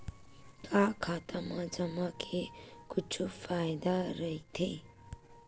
का खाता मा जमा के कुछु फ़ायदा राइथे?